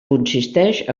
consisteix